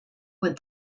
with